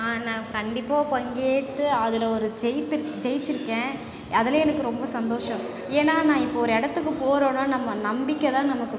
ஆம் நான் கண்டிப்பாக பங்கேற்று அதில் ஒரு ஜெயித்து ஜெயித்திருக்கேன் அதுலையும் எனக்கு ரொம்ப சந்தோஷம் ஏன்னால் நான் இப்போ ஒரு இடத்துக்குப் போறோம்னா நம்ப நம்பிக்கைதான் நமக்கு